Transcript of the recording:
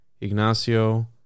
Ignacio